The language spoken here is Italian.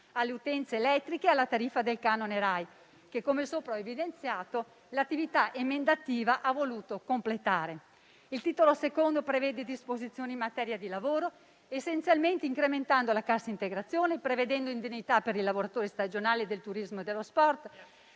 alle utenze elettriche e alla tariffa del canone RAI che - come sopra ho evidenziato - l'attività emendativa ha voluto completare. Il titolo II prevede disposizioni in materia di lavoro, essenzialmente incrementando la cassa integrazione, prevedendo indennità per i lavoratori stagionali del turismo e dello sport,